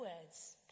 words